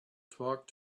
talk